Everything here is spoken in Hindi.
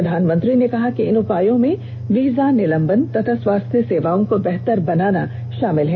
प्रधानमंत्री ने कहा कि इन उपायों में वीजा निलंबन तथा स्वास्थ्य सेवाओं को बेहतर बनाना शामिल है